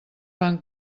van